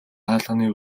хаалганы